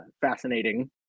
fascinating